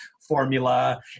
formula